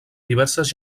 diverses